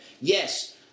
yes